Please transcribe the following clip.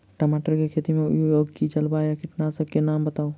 टमाटर केँ खेती मे उपयोग की जायवला कीटनासक कऽ नाम बताऊ?